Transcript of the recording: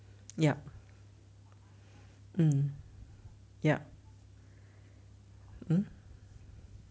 yup mm yup mm